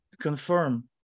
confirm